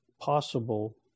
possible